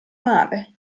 male